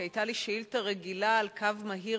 כי היתה לי שאילתא מהירה על קו מהיר